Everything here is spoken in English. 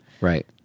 Right